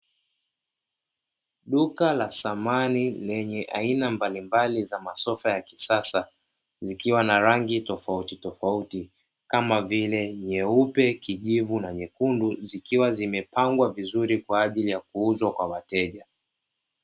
Duka la samani lenye aina mbalimbali za masofa ya kisasa zikiwa na rangi tofauti tofauti kama vile nyeupe, kijivu na nyekundu zikiwa zimepangwa vizuri kwa ajili ya kuuzwa kwa wateja.